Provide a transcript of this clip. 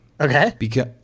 Okay